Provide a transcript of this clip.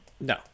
No